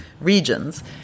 regions